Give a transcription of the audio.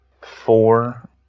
four